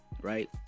right